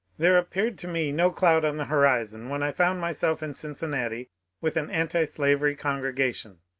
there appeared to me no cloud on the horizon when i found myself in cincinnati with an antislavery congregation.